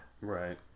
Right